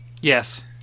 yes